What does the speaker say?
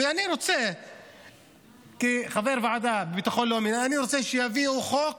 ואני כחבר הוועדה לביטחון לאומי רוצה שיביאו חוק